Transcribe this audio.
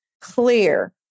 clear